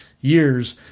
years